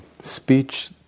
speech